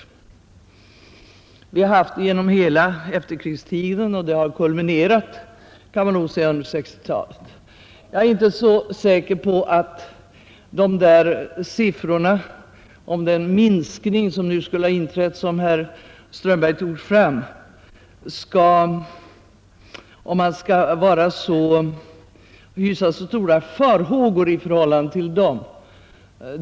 Jag är inte så säker på att man skall hysa några stora farhågor inför de siffror, som herr Strömberg tog fram och som skulle tyda på att en minskning av produktionen har inträtt.